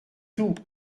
tout